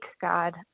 God